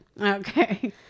Okay